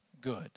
good